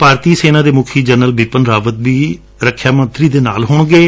ਭਾਰਤੀ ਸੇਨਾ ਦੇ ਮੁਖੀ ਜਰਨਲ ਬਿਪਨ ਰਾਵਤ ਵੀ ਰਖਿਆ ਮੰਤਰੀ ਦੇ ਨਾਲ ਹੋਣਗੇ